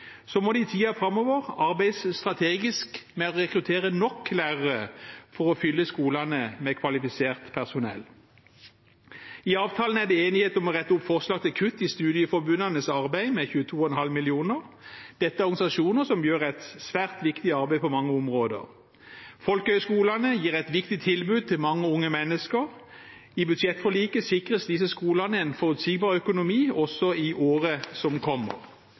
Så må det i tiden framover arbeides strategisk med å rekruttere nok lærere for å fylle skolene med kvalifisert personell. I avtalen er det enighet om å rette opp forslag til kutt i studieforbundenes arbeid, med 22,5 mill. kr. Dette er organisasjoner som gjør et svært viktig arbeid på mange områder. Folkehøgskolene gir et viktig tilbud til mange unge mennesker. I budsjettforliket sikres disse skolene en forutsigbar økonomi også i året som kommer.